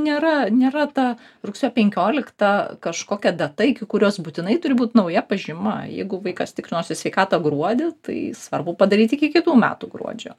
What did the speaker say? nėra nėra ta rugsėjo penkiolikta kažkokia data iki kurios būtinai turi būt nauja pažyma jeigu vaikas tikrinosi sveikatą gruodį tai svarbu padaryt iki kitų metų gruodžio